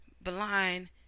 blind